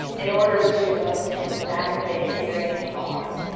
in order to most emphatically experience poems,